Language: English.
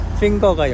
finger